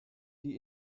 die